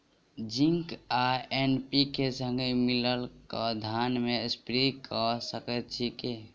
Zinc आ NPK, संगे मिलल कऽ धान मे स्प्रे कऽ सकैत छी की?